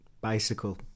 bicycle